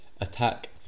attack